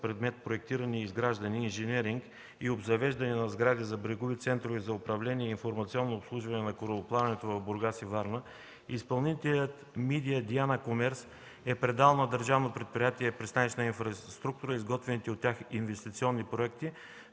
предмет – проектиране, изграждане, инженеринг и обзавеждане на сгради за брегови центрове за управление и информационно обслужване на корабоплаването в Бургас и Варна, изпълнителят „Мидия – Диана Комерс” е предал на Държавно предприятие „Пристанищна инфраструктура” изготвените от тях инвестиционни проекти